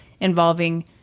involving